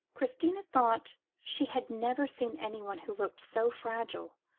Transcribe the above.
christina thought she had never seen anyone who looked so fragile,